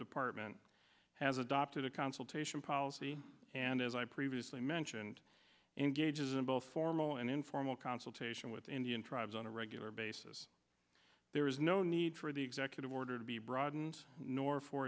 department has adopted a consultation policy and as i previously mentioned engages in both formal and informal consultation with indian tribes on a regular basis there is no need for the executive order to be broadened nor for